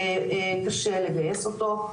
קשה לגייס אותו,